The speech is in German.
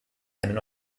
einen